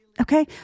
Okay